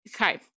Okay